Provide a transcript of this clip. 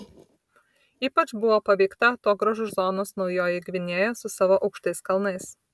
ypač buvo paveikta atogrąžų zonos naujoji gvinėja su savo aukštais kalnais